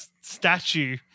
statue